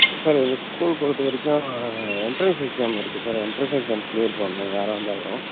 sir எங்கள் school பொறுத்த வரைக்கும் ஆ எண்ட்ரன்ஸ் எக்ஸாம் இருக்கு சார் எண்ட்ரன்ஸ் எக்ஸாம் க்ளியர் பண்ணும் யாராக இருந்தாலும்